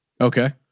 Okay